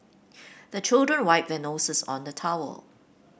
the children wipe their noses on the towel